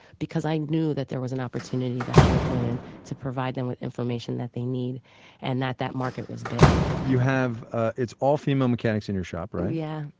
because i knew that there was an opportunity to help women, to provide them with information that they need and that that market was big you have ah all female mechanics in your shop, right? yeah,